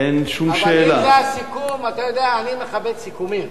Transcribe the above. אבל אם זה הסיכום, אתה יודע, אני מכבד סיכומים.